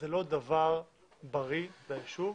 זה לא דבר בריא לישוב